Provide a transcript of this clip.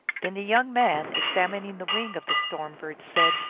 then the young man, examining the wing of the storm-bird, said,